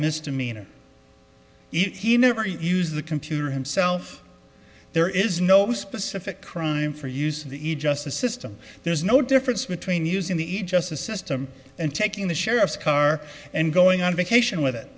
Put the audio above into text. misdemeanor he never used the computer himself there is no specific crime for use in the e justice system there's no difference between using the e justice system and taking the sheriff's car and going on vacation with it